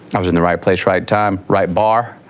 i was in the right place, right time, right bar.